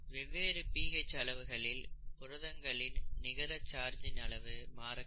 வெவ்வேறு பிஹெச் அளவுகளில் புரதங்களின் நிகர சார்ஜ் இன் அளவு மாறக்கூடும்